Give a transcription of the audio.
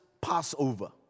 Passover